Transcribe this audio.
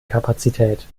kapazität